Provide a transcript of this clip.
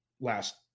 last